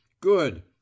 Good